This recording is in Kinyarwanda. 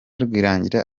rwirangira